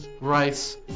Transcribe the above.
rice